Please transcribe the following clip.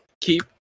keep